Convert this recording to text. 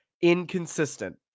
inconsistent